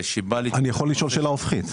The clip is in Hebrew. יכול לשאול שאלה הופכית.